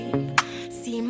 See